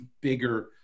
bigger